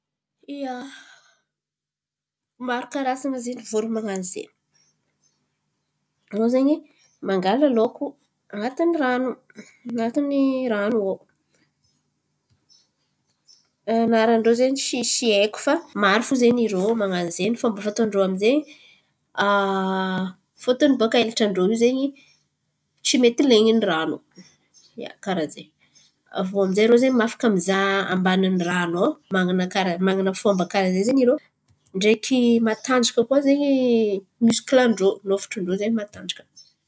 Ia, maro karazan̈a zen̈y voron̈o man̈ano zen̈y. Anô zen̈y mangala loko an̈atiny ran̈o an̈atiny ran̈o ao anaran-drô zen̈y tsisy haiko fa maro fo zen̈y rô man̈ano zen̈y. Fomba fataon-drô amizen̈y fôtiny baka elatran-drô io tsy mety len̈in’ny ran̈o. Ia, karà zen̈y aviô amizay rô afaka mizaha ambanin’ny ran̈o ao manan̈a fomba karà zen̈y zen̈y irô, ndraiky matanjaka koa misikilan-drô nofotron-drô zen̈y matanjaka.